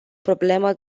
problemă